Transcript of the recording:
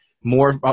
more